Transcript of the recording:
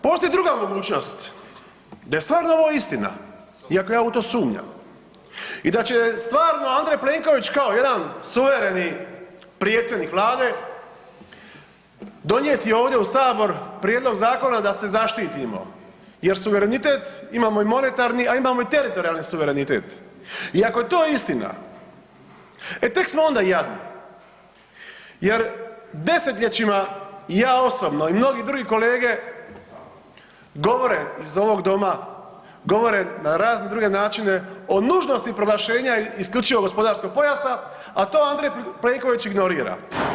Postoji druga mogućnost, da je stvarno ovo istina, iako ja u to sumnjam i da će stvarno Andrej Plenković kao jedan suvereni predsjednik Vlade donijeti ovdje u sabor prijedlog zakona da se zaštitimo jer suverenitet imamo i monetarni, a imamo i teritorijalni suverenitet i ako je to istina e tek smo onda jadni, jer desetljećima i ja osobni i mnogi drugi kolege govore iz ovog doma, govore na razne druge načine o nužnosti proglašenje isključivog gospodarskog pojasa, a to Andrej Plenković ignorira.